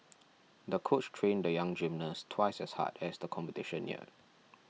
the coach trained the young gymnast twice as hard as the competition neared